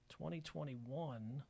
2021